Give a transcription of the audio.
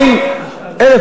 המספרים עולים?